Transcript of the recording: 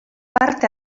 parte